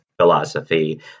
philosophy